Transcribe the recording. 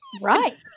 right